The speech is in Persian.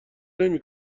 نمی